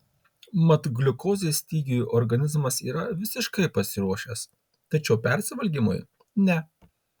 mat gliukozės stygiui organizmas yra visiškai pasiruošęs tačiau persivalgymui ne